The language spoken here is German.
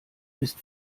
ist